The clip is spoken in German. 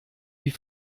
wie